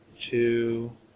Two